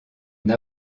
une